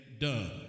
done